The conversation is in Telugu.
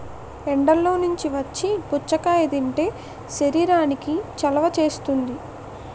ఎండల్లో నుంచి వచ్చి పుచ్చకాయ తింటే శరీరానికి చలవ చేస్తుంది